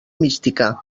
mística